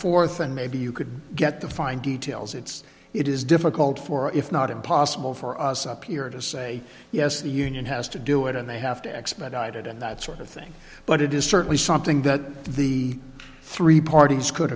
forth and maybe you could get the fine details it's it is difficult for if not impossible for us up here to say yes the union has to do it and they have to expedite it and that sort of thing but it is certainly something that the three parties could